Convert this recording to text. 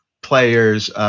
players